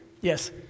Yes